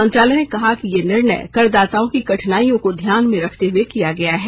मंत्रालय ने कहा है कि यह निर्णय करदाताओं की कठिनाइयों को ध्यान में रखते हुए किया गया है